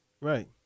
Right